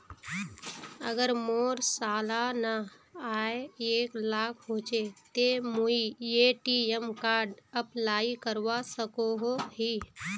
अगर मोर सालाना आय एक लाख होचे ते मुई ए.टी.एम कार्ड अप्लाई करवा सकोहो ही?